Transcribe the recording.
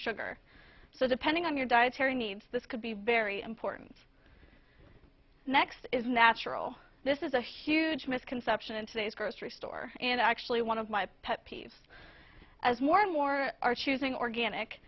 sugar so depending on your dietary needs this could be very important next is natural this is a huge misconception in today's grocery store and actually one of my pet peeves as more and more are choosing organic